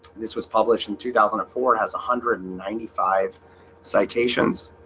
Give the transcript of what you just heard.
this was published in two thousand and four has a hundred ninety five citations